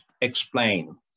explain